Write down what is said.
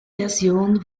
version